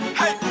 hey